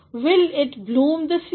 will it bloom this year